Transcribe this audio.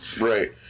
Right